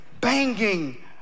banging